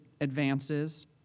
advances